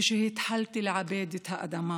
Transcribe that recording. כשהתחלתי לעבד את האדמה